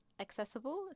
accessible